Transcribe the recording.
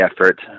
effort